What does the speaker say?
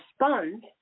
respond